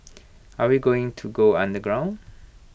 are we going to go underground